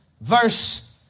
verse